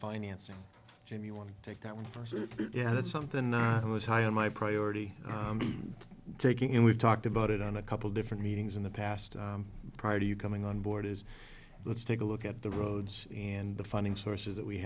financing jim you want to take that one first yeah that's something i was high on my priority taking and we've talked about it on a couple different meetings in the past prior to you coming on board as let's take a look at the roads and the funding sources that we